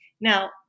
Now